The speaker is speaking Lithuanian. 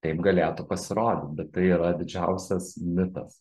taip galėtų pasirodyt bet tai yra didžiausias mitas